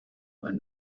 and